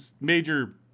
major